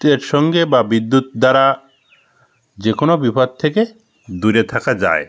তের সঙ্গে বা বিদ্যুৎ দ্বারা যে কোনো বিপদ থেকে দূরে থাকা যায়